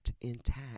intact